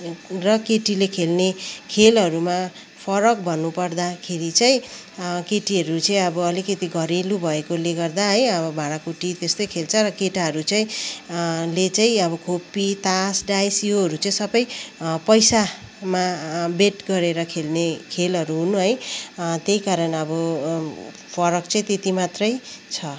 र केटीले खेल्ने खेलहरूमा फरक भन्नु पर्दाखेरि चाहिँ केटीहरू चाहिँ अब आलिकति घरेलु भएकोले गर्दा है अब भाँडाकुटी त्यस्तै खेल्छ र केटाहरू चाहिँ ले चाहिँ अब खोपी तास डाइस योहरू चाहिँ सबै पैसामा बेट गरेर खेल्ने खेलहरू हुन् है त्यही कारण अब फरक चाहिँ त्यति मात्रै छ